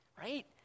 right